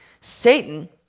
Satan